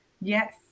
Yes